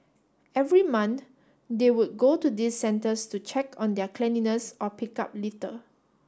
every month they would go to these centres to check on their cleanliness or pick up litter